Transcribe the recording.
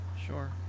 Sure